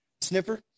sniffer